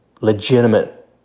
legitimate